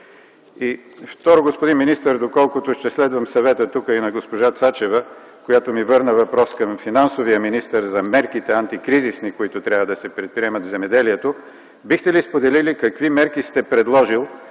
Второ, господин министър, доколкото ще следвам съвета тук и на госпожа Цачева, която ми върна въпрос към финансовия министър за антикризисните мерки, които трябва да се предприемат в земеделието, бихте ли споделили: какви мерки сте предложили